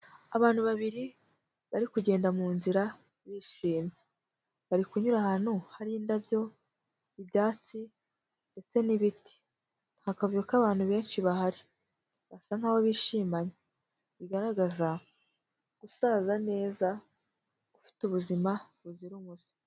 Abantu babiri bari kugenda mu nzira bishimye, bari kunyura ahantu hari indabyo, ibyatsi ndetse n'ibiti, ntakavuyo k'abantu benshi bahari basa nk'aho bishimanye bigaragaza gusaza neza ufite ubuzima buzira umuze.